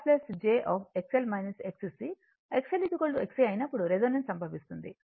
R jXL XC XLXCఅయినప్పుడు resonance సంభవిస్తుంది